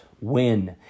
win